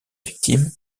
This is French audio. victime